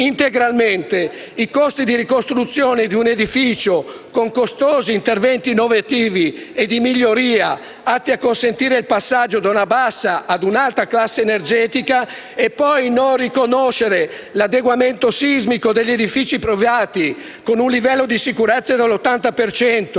integralmente i costi di ricostruzione di un edificio con costosi interventi innovativi e di miglioria e a consentire il passaggio da una bassa ad un'alta classe energetica e poi non riconosca l'adeguamento sismico degli edifici privati con un livello di sicurezza dell'80